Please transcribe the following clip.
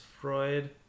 freud